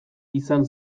izan